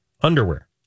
underwear